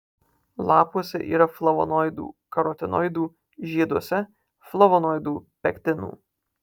lapuose yra flavonoidų karotinoidų žieduose flavonoidų pektinų